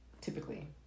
typically